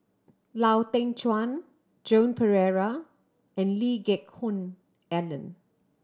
Lau Teng Chuan Joan Pereira and Lee Geck Hoon Ellen